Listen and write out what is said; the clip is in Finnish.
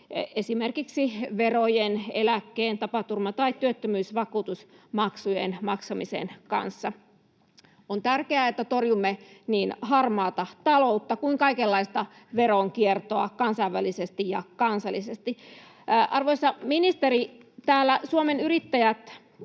esimerkiksi verojen, eläkkeen tai tapaturma‑ tai työttömyysvakuutusmaksujen maksamisen kanssa. On tärkeää, että torjumme niin harmaata taloutta kuin kaikenlaista veronkiertoa kansainvälisesti ja kansallisesti. Arvoisa ministeri, täällä Suomen Yrittäjät